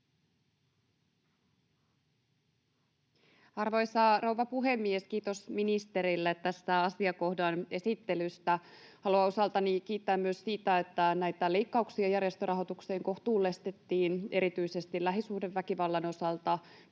Arvoisa rouva puhemies! Kiitos ministerille tästä asiakohdan esittelystä. Haluan osaltani kiittää myös siitä, että näitä leikkauksia järjestörahoitukseen kohtuullistettiin erityisesti lähisuhdeväkivallan osalta.